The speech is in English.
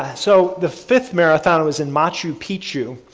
ah so, the fifth marathon was in machu picchu.